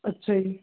ਅੱਛਾ ਜੀ